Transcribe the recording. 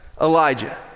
Elijah